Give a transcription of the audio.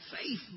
faith